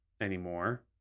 anymore